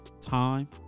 time